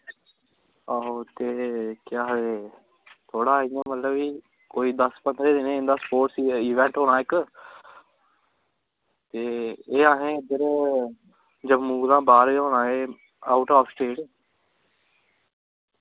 आहो ते केह् आखदे थोह्ड़ा इ'यां मतलब कि कोई दस पंदरां दिनें च इं'दा स्पोटस इवैंट होना इक ते एह् असें इद्धर जम्मू कोला दा बाह्र गै होना एह् अऊट ऑफ स्टेट